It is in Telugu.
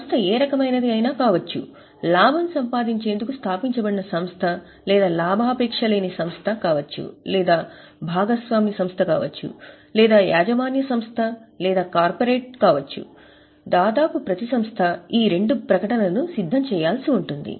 సంస్థ ఏ రకమైనది అయినా కావచ్చు లాభం సంపాదించేందుకు స్థాపించబడిన సంస్థ లేదా లాభాపేక్షలేని సంస్థ కావచ్చు లేదా భాగస్వామ్య సంస్థ కావచ్చు లేదా యాజమాన్య సంస్థ లేదా కార్పొరేట్ కావచ్చు దాదాపు ప్రతి సంస్థ ఈ రెండు ప్రకటనలను సిద్ధం చేయాల్సి ఉంటుంది